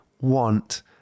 want